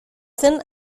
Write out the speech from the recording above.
zen